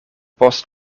post